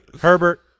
Herbert